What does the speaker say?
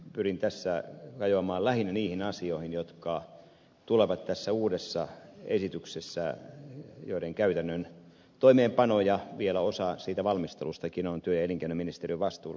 pyrin tässä kajoamaan lähinnä niihin asioihin jotka tulevat tässä uudessa esityksessä ja joiden käytännön toimeenpano ja vielä osa siitä valmistelustakin on työ ja elinkeinoministeriön vastuulla